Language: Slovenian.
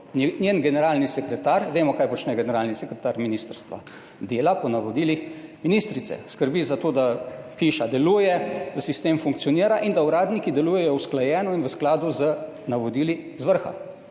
Njen generalni sekretar, vemo kaj počne generalni sekretar ministrstva, dela po navodilih ministrice. Skrbi za to, da hiša deluje, da sistem funkcionira, in da uradniki delujejo usklajeno in v skladu z navodili z vrha.